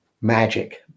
Magic